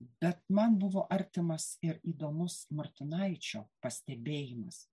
bet man buvo artimas ir įdomus martinaičio pastebėjimas